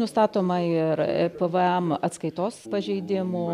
nustatoma ir pvm atskaitos pažeidimų